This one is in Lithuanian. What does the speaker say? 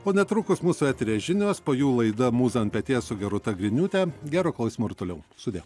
o netrukus mūsų eteryje žinios po jų laida mūza ant peties su gerūta griniūte gero klausymo ir toliau sudie